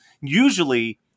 usually